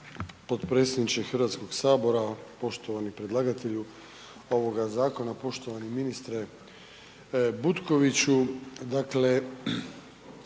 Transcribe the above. potpredsjedniče Hrvatskog sabora. Poštovani predlagatelju ovoga zakona, poštovani ministre Butkoviću,